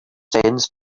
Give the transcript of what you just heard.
sense